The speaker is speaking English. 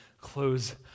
close